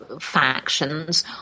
factions